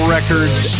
Records